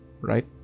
right